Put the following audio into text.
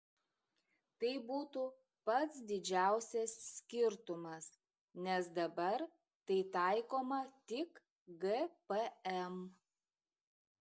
tai būtų pats didžiausias skirtumas nes dabar tai taikoma tik gpm